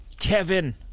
Kevin